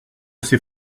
sait